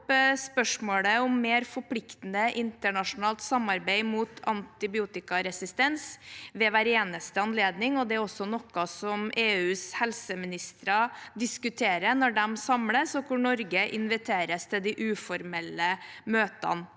spørsmålet om mer forpliktende internasjonalt samarbeid mot antibiotikaresistens ved hver eneste anledning. Det er også noe EUs helseministre diskuterer når de samles, og Norge inviteres til de uformelle møtene.